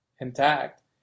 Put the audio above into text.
intact